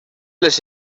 les